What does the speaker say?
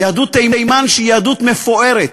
יהדות תימן, שהיא יהדות מפוארת,